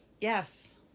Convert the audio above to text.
yes